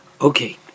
Okay